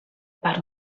part